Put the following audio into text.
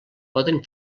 poden